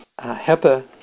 HEPA